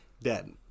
dead